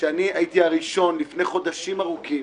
שאני הייתי הראשון לפני חודשים ארוכים